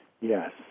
Yes